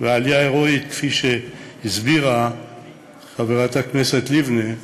של העלייה ההירואית, כפי שהסבירה חברת הכנסת לבני,